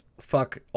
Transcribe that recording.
fuck